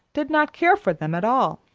did not care for them at all.